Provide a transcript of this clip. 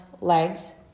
legs